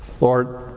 Lord